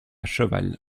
cheval